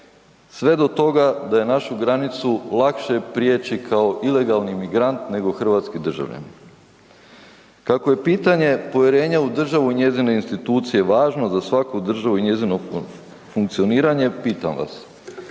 sve do toga da je našu granicu lakše prijeći kao ilegalni migrant nego hrvatski državljanin. Kako je pitanje povjerenja u državu i njezine institucije važno, za svaku državu i njezino funkcioniranje, pitam vas,